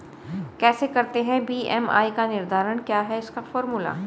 कैसे करते हैं बी.एम.आई का निर्धारण क्या है इसका फॉर्मूला?